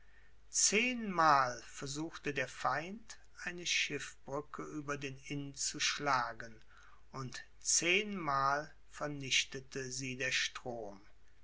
zehnmal versuchte der feind eine schiffbrücke über den inn zu schlagen und zehnmal vernichtete sie der strom